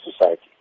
society